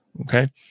Okay